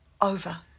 over